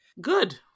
good